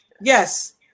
Yes